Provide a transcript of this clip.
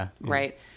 right